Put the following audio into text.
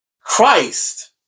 Christ